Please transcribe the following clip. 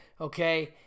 okay